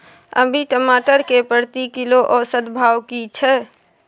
अभी टमाटर के प्रति किलो औसत भाव की छै?